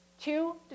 two